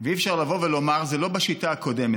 אי-אפשר לבוא ולומר: זה לא בשיטה הקודמת.